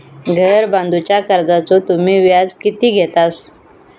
घर बांधूच्या कर्जाचो तुम्ही व्याज किती घेतास?